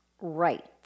right